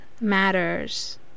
matters